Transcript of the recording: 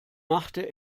machte